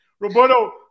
Roberto